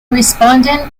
respondent